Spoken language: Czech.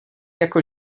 jako